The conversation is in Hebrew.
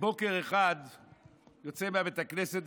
בוקר אחד אני יוצא מבית הכנסת,